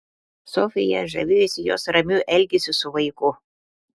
sofija žavėjosi jos ramiu elgesiu su vaiku